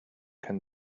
can